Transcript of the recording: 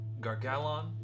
Gargalon